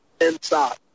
inside